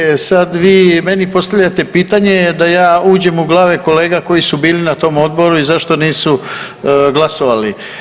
Kolegice, sad vi meni postavljate pitanje da ja uđem u glave kolega koji su bili na tom odboru i zašto nisu glasovali.